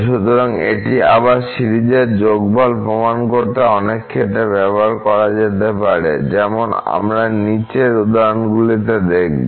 সুতরাং এটি আবার সিরিজের যোগফল প্রমাণ করতে অনেক ক্ষেত্রে ব্যবহার করা যেতে পারে যেমন আমরা নীচের উদাহরণগুলিতে দেখব